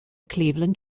cleveland